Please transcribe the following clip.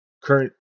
current